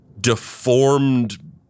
deformed